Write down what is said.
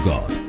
God